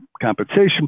compensation